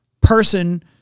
person